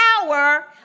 power